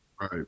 Right